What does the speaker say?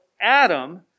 Adam